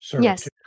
Yes